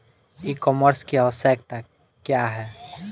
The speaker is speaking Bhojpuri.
ई कॉमर्स की आवशयक्ता क्या है?